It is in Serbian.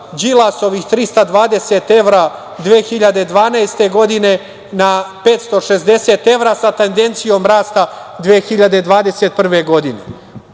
320 evra 2012. godine na 560evra, sa tendencijom rasta 2021. godine,